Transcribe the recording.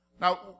Now